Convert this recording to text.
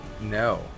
no